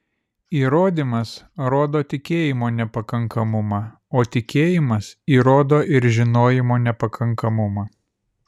įrodymas rodo tikėjimo nepakankamumą o tikėjimas įrodymo ir žinojimo nepakankamumą